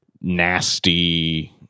nasty